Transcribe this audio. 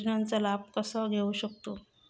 योजनांचा लाभ कसा घेऊ शकतू?